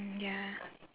mm ya